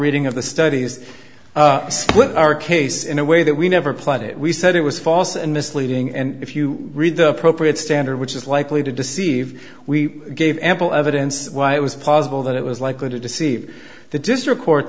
reading of the studies our case in a way that we never applied it we said it was false and misleading and if you read the appropriate standard which is likely to deceive we gave ample evidence why it was possible that it was likely to deceive the district court